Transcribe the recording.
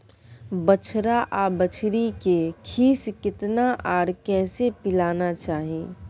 बछरा आर बछरी के खीस केतना आर कैसे पिलाना चाही?